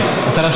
על פי הנתונים,